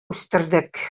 үстердек